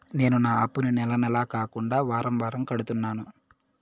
నేను నా అప్పుని నెల నెల కాకుండా వారం వారం కడుతున్నాను